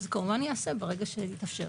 כמובן שזה ייעשה ברגע שיתאפשר.